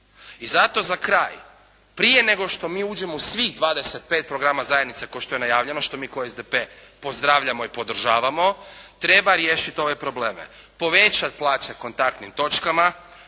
I zato za kraj, prije nego što mi uđemo u svih 25 programa zajednice kao što je najavljeno, što mi kao SDP pozdravljamo i podržavamo, treba riješiti ove probleme, povećat plaće kontaktnim točkama,